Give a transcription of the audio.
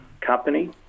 company